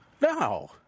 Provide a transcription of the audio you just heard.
No